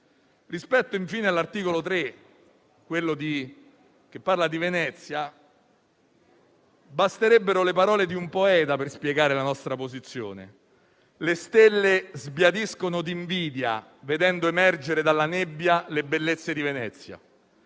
rispetto all'articolo 3 in cui si parla di Venezia, basterebbero le parole di un poeta per spiegare la nostra posizione: «(...) le stelle sbiadiscono di invidia vedendo emergere dalla nebbia gli incanti di Venezia».